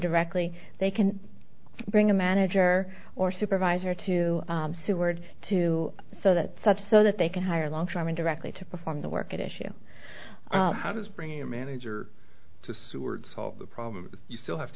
directly they can bring a manager or supervisor to seward too so that sub so that they can hire longshoremen directly to perform the work at issue how does bringing a manager to seward solve the problem you still have to